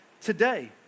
today